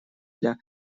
для